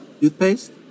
toothpaste